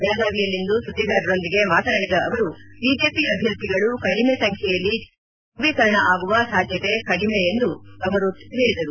ಬೆಳಗಾವಿಯಲ್ಲಿಂದು ಸುದ್ದಿಗಾರರೊಂದಿಗೆ ಮಾತನಾಡಿದ ಅವರು ಬಿಜೆಪಿ ಅಭ್ಯರ್ಥಿಗಳು ಕಡಿಮೆ ಸಂಖ್ಯೆಯಲ್ಲಿ ಚುನಾಯಿತರಾಗಿದ್ದರೆ ದೃವೀಕರಣ ಆಗುವ ಸಾಧ್ಯತೆ ಕಡಿಮೆ ಎಂದು ಹೇಳಿದರು